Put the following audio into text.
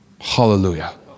Hallelujah